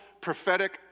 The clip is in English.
prophetic